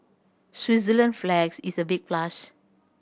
Switzerland flags is a big plus